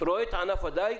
רואה את ענף הדייג?